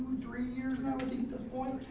three years now i think at this point.